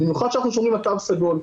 במיוחד שאנחנו שומרים על תו סגול,